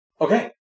Okay